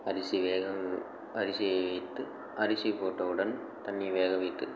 அரிசி வேக அரிசியை வைத்து அரிசி போட்டவுடன் தண்ணியை வேக வைத்து